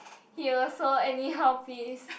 he also anyhow piss